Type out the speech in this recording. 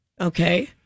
Okay